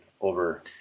over